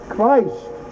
Christ